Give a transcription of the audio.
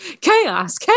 Chaos